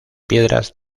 piedras